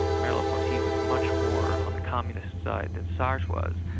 merleau-ponty was much more on the communist side than sartre was.